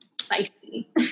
spicy